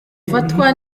afatwa